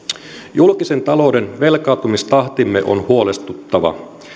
julkisen talouden velkaantumistahtimme on huolestuttava